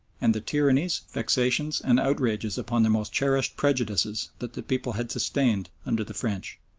and the tyrannies, vexations, and outrages upon their most cherished prejudices that the people had sustained under the french.